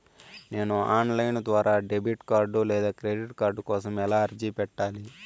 నేను online ద్వారా debit card లేదా క్రెడిట్ కార్డు కోసం ఎలా అర్జీ పెట్టాలి?